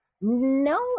No